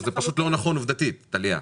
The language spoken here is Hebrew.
זה פשוט לא נכון עובדתית, טליה.